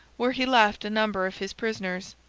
where he left a number of his prisoners,